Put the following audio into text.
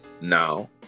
now